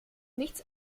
nichts